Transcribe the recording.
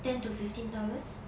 ten to fifteen dollars